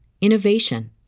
innovation